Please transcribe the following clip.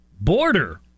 border